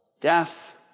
Death